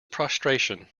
prostration